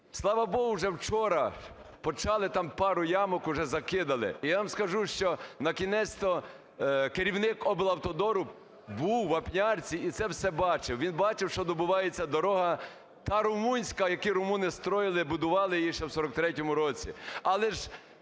Слава Богу, вже вчора почали там, пару ямок вже закидали. І я вам скажу, що на кінець то керівник облавтодору був в Вапнярці і це все бачив. Він бачив, що добивається дорога та румунська, яку румуни строїли будували її ще в 43-му році.